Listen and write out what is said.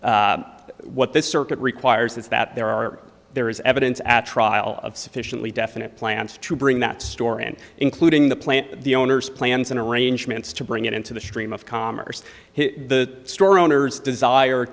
what this circuit requires is that there are there is evidence at trial of sufficiently definite plans to bring that story and including the plant the owners plans in arrangements to bring it into the stream of commerce the store owners desire